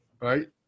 Right